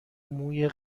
موی